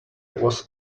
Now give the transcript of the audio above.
was